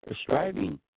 striving